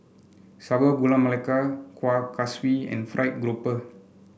Sago Gula Melaka Kuih Kaswi and fried grouper